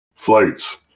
flights